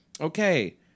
Okay